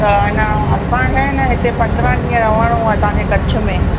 त अन असांखे न हिते पंदरहां ॾींहं रहणो आहे तव्हांजे कच्छ में